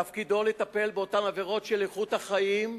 תפקידו לטפל באותן עבירות של איכות החיים,